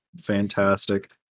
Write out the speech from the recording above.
fantastic